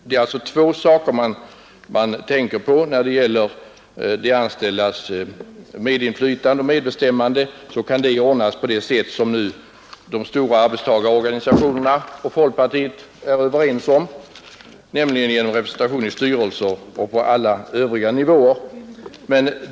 Det är alltså två saker man talar om. Det ena gäller de anställdas medinflytande och medbestämmande som kan ordnas på det sätt som de stora arbetstagarorganisationerna och folkpartiet är överens om, nämligen genom representation i styrelser och på alla övriga nivåer.